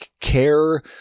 care